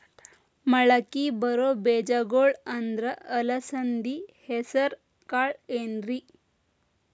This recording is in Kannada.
ಮಳಕಿ ಬರೋ ಬೇಜಗೊಳ್ ಅಂದ್ರ ಅಲಸಂಧಿ, ಹೆಸರ್ ಕಾಳ್ ಏನ್ರಿ?